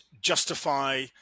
justify